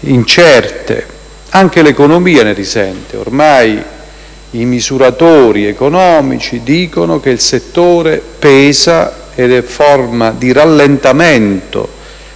incerte. Anche l'economia ne risente. I misuratori economici indicano che il settore pesa ed è forma di rallentamento